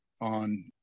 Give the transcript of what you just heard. on